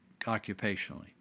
occupationally